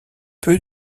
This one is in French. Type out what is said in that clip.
peu